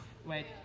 Wait